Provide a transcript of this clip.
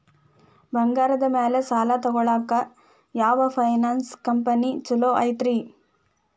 ಬಂಗಾರದ ಮ್ಯಾಲೆ ಸಾಲ ತಗೊಳಾಕ ಯಾವ್ ಫೈನಾನ್ಸ್ ಕಂಪನಿ ಛೊಲೊ ಐತ್ರಿ?